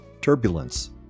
turbulence